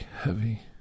heavy